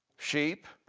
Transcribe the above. sheep,